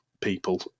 people